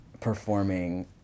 performing